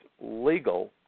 legal